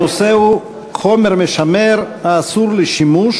הנושא הוא: הימצאות חומר משמר האסור לשימוש